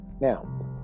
Now